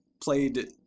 played